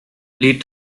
plead